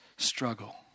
Struggle